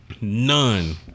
None